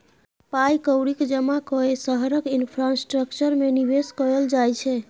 पाइ कौड़ीक जमा कए शहरक इंफ्रास्ट्रक्चर मे निबेश कयल जाइ छै